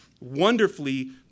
wonderfully